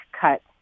cuts